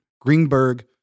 Greenberg